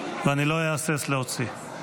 לא אהסס להוציא.